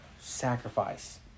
sacrifice